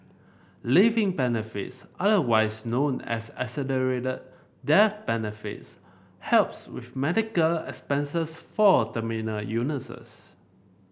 living benefits otherwise known as accelerated death benefits helps with medical expenses for terminal illnesses